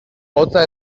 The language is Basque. hotza